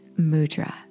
mudra